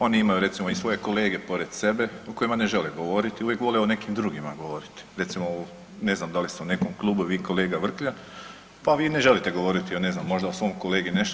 Oni imaju recimo i svoje kolege pored sebe o kojima ne žele govoriti, uvijek vole o nekim drugima govoriti, recimo ne znam da li ste u nekom klubu vi i kolega Vrkljan pa vi ne želite govorite o ne znam možda o svom kolegi nešto.